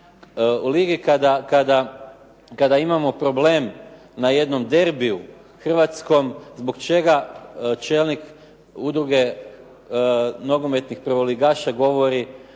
ligi kada imamo problem na jednom derbiju hrvatskom zbog čega čelnik Udruge nogometnih prvoligaša govori